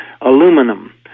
aluminum